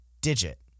digit